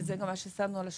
וזה גם מה ששמנו על השולחן,